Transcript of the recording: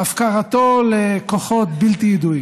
בהפקרתו לכוחות בלתי ידועים.